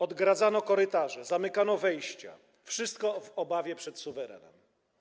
Odgradzano korytarze, zamykano wejścia, wszystko w obawie przed suwerenem.